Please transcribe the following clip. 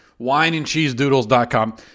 Wineandcheesedoodles.com